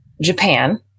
Japan